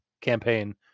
campaign